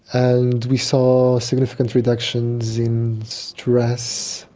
and we saw significant reductions in tress,